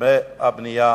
מהבנייה